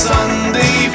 Sunday